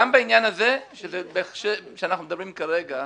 גם בעניין הזה שאנחנו מדברים כרגע,